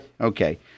Okay